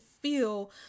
feel